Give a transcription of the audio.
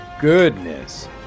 goodness